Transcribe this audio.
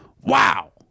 wow